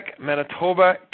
Manitoba